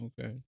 okay